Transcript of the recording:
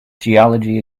geology